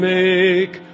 make